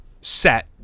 set